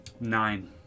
Nine